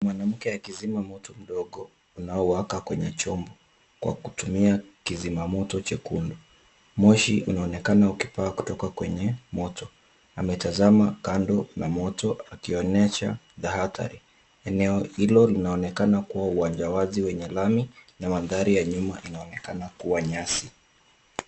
Mwanamke akizima moto mdogo unaowaka kwenye chombo, kwa kutumia kizima moto chekundu. Moshi unaonekana ukipaa kutoka kwenye moto, ametazama kando ya moto akionyesha tahadhari. Eneo hilo linaonekana kuwa uwanja wazi wenye lami na mandhari ya nyuma inaonekana kuwa nyasi.